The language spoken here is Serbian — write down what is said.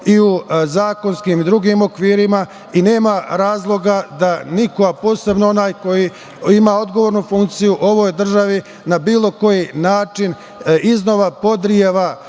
i u zakonskim i drugim okvirima i nema razloga da niko, a posebno onaj koji ima odgovornu funkciju, ovoj državi na bilo koji način iznova podreva